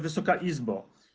Wysoka Izbo!